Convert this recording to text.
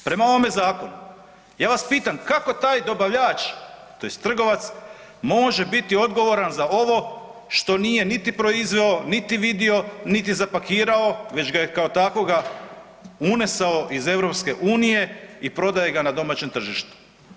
Prema ovome zakonu ja vas pitam kako taj dobavljač tj. trgovac može biti odgovoran za ovo što nije niti proizveo, niti vidio, niti zapakirao, već ga je kao takvoga unesao iz EU i prodaje ga na domaćem tržištu?